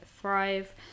thrive